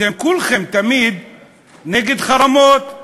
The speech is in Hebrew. אתם כולכם תמיד נגד חרמות: